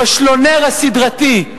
הפשלונר הסדרתי.